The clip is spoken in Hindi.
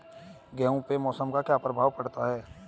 गेहूँ पे मौसम का क्या प्रभाव पड़ता है?